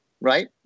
right